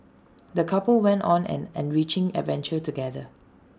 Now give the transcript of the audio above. the couple went on an enriching adventure together